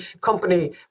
company